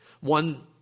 One